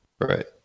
Right